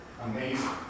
Amazing